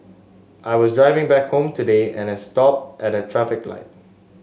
I was driving back home today and had stopped at a traffic light